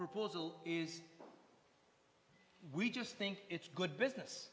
proposal is we just think it's good business